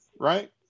Right